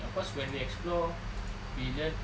of course when we explore we learn